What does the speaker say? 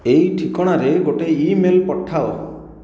ଏହି ଠିକଣାରେ ଗୋଟିଏ ଇମେଲ ପଠାଅ